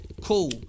cool